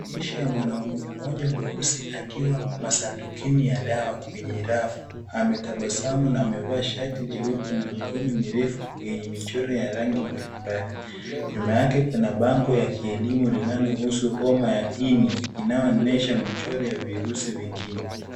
Jeshi ya mwanaume mmoja mweusi, akiwa masandukini ya dawa kwenye rafu, ametabasamu na amevaa shati jeupe, na mikono mirefu yenye michoro ya rangi mbalimbali. Nyuma yake kuna bango la kielimu linalohusu homa ya ini, inayoonyesha michoro ya virusi vingine.